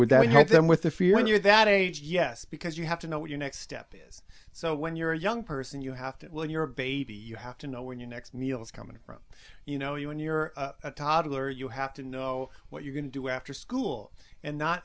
would that help them with the fear when you're that age yes because you have to know what your next step is so when you're a young person you have to when your baby you have to know when your next meal is coming from you know you when you're a toddler you have to know what you're going to do after school and not